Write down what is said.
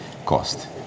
cost